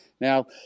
Now